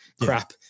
crap